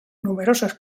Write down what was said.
numerosas